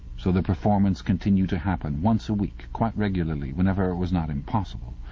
so the performance continued to happen, once a week quite regulariy, whenever it was not impossible.